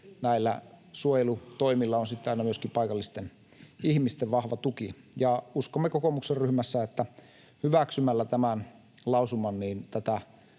näillä suojelutoimilla on sitten aina myöskin paikallisten ihmisten vahva tuki. Uskomme kokoomuksen ryhmässä, että hyväksymällä tämän lausuman